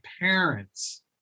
parents